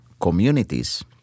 communities